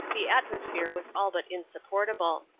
the atmosphere was all but insupportable.